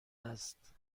است